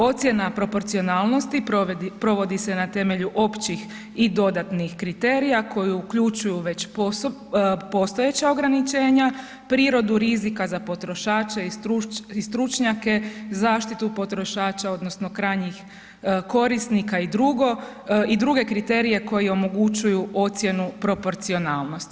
Ocjena proporcionalnosti provodi se na temelju općih i dodatnih kriterija koji uključuju već postojeća ograničenja, prirodu rizika za potrošače i stručnjake, zaštitu potrošača odnosno krajnjih korisnika i druge kriterije koji omogućuju ocjenu proporcionalnosti.